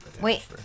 Wait